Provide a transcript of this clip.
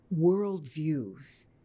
worldviews